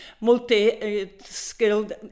multi-skilled